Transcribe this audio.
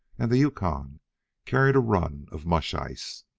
and the yukon carried a run of mush-ice.